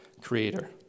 creator